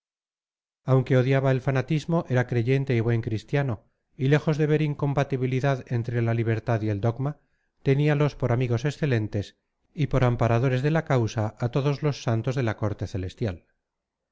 aunque odiaba el fanatismo era creyente y buen cristiano y lejos de ver incompatibilidad entre la libertad y el dogma teníalos por amigos excelentes y por amparadores de la causa a todos los santos de la corte celestial